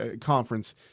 Conference